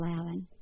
Alan